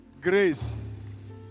grace